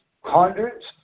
hundreds